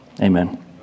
Amen